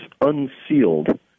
unsealed